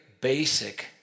basic